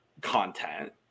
content